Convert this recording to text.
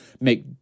make